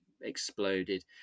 exploded